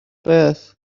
beth